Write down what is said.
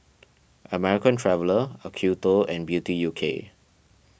American Traveller Acuto and Beauty U K